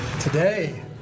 Today